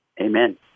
Amen